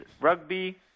Rugby